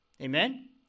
Amen